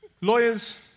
lawyers